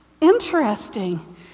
interesting